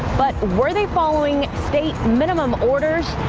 but were they following state minimum orders.